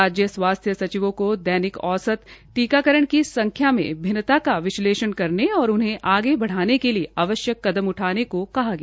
राज्य स्वास्थ्य सचिवो को दैनिक औसत टीककारण की संख्या में भिन्नता का विशलेषण करने और उन्हें आगे बढ़ाने के लिए आवश्यक कदम उठाने को कहा गया